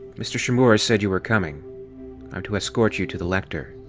mr. shimura said you were coming. i'm to escort you to the lector.